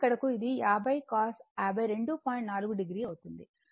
40 అవుతుంది ఎందుకంటే θ 52